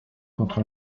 contre